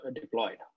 deployed